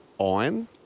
iron